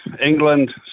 England